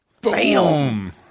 Bam